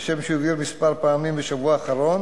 כשם שהוא הבהיר כמה פעמים בשבוע האחרון,